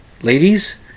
ladies